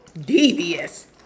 Devious